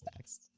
next